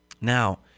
Now